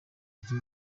buryo